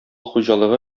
хуҗалыгы